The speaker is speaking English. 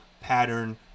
pattern